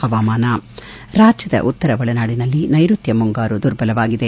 ಹವಾಮಾನ ರಾಜ್ಯದ ಉತ್ತರ ಒಳನಾಡಿನಲ್ಲಿ ನೈರುತ್ತ ಮುಂಗಾರು ದುರ್ಬಲವಾಗಿದೆ